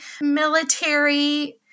military